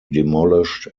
demolished